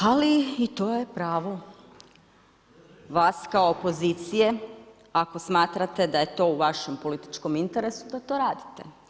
Ali i to je pravo vas kao opozicije ako smatrate da je to u vašem političkom interesu da to radite.